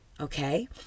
okay